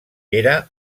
era